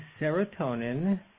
serotonin